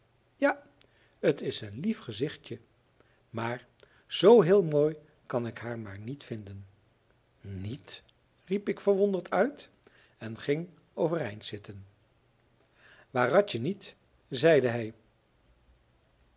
ja t is een lief gezichtje maar zoo heel mooi kan ik ze maar niet vinden niet riep ik verwonderd uit en ging overeind zitten waaratje niet zeide hij